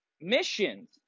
missions